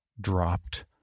dropped